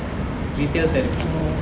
retail therapy